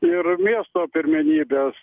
ir miesto pirmenybės